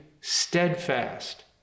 steadfast